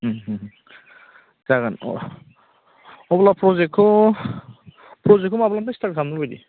उम um um जागोन अ अब्ला प्र'जेक्टखौ प्र'जेक्टखौ माब्लानिफ्राय स्टार्ट खालामगोन बायदि